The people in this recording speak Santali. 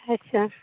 ᱟᱪᱪᱷᱟ